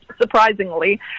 surprisingly